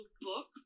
Book